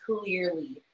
clearly